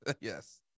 yes